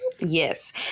Yes